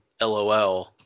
LOL